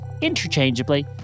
interchangeably